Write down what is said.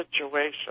situation